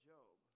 Job